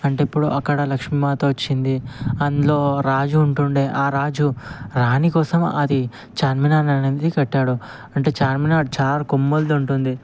అంటే ఇప్పుడు అక్కడ లక్ష్మీమాత వచ్చింది అందులో రాజు ఉంటుండే ఆ రాజు రాణి కోసం అది చార్మినార్ అనేది కట్టాడు అంటే చార్మినార్ చార్ కొమ్ములుది ఉంటుంది